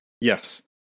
yes